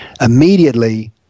Immediately